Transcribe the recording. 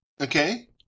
Okay